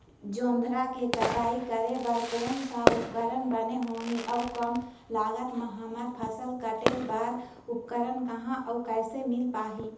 जोंधरा के कटाई करें बर कोन सा उपकरण बने होही अऊ कम लागत मा हमर फसल कटेल बार उपकरण कहा अउ कैसे मील पाही?